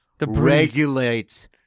regulates